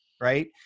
right